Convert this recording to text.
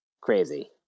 crazy